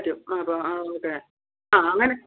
പറ്റും അപ്പം ആ ഓക്കെ ആ അങ്ങനെ